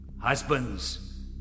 husbands